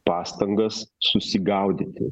pastangas susigaudyti